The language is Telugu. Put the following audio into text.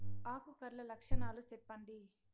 ఆకు కర్ల లక్షణాలు సెప్పండి